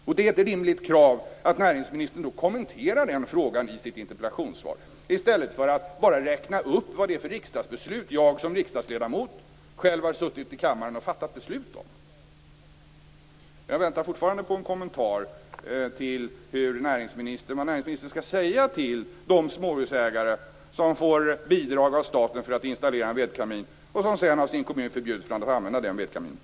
Det är då ett rimligt krav att näringsministern kommenterar den frågan i sitt interpellationssvar, i stället för att bara räkna upp de riksdagsbeslut som jag som riksdagsledamot själv har suttit i kammaren och fattat. Jag väntar fortfarande på en kommentar om vad näringsministern skall säga till de småhusägare som får bidrag av staten för att installera en vedkamin och som sedan av kommunen förbjuds att använda den vedkaminen.